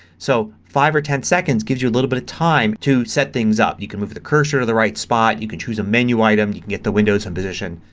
so five or ten seconds gives you a little bit of time to set things up. you can move the cursor to the right spot, you can choose a menu item, you can get the windows in position,